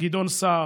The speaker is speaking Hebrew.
גדעון סער,